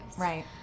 right